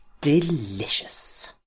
delicious